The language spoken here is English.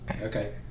Okay